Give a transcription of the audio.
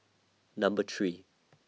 Number three